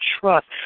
trust